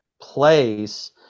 place